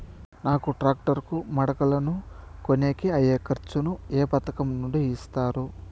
నాకు టాక్టర్ కు మడకలను కొనేకి అయ్యే ఖర్చు ను ఏ పథకం నుండి ఇస్తారు?